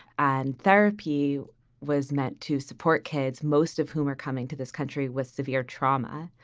and therapy was meant to support kids, most of whom are coming to this country with severe trauma.